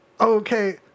Okay